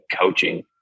coaching